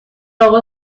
اقا